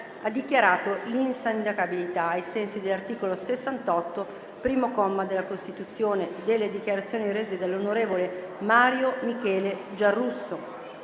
ha dichiarato l'insindacabilità, ai sensi dell'articolo 68, primo comma, della Costituzione, delle dichiarazioni rese dall'onorevole Mario Michele Giarrusso,